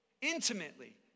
intimately